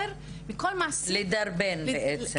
יותר, לכל מעסיק --- לדרבן בעצם.